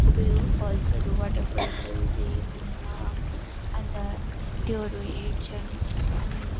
के पो यो फल्सहरू वाटर फल्सहरू देखेको हुँदैन अन्त त्योहरू हेर्छन् अनि